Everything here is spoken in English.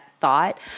thought